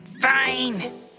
fine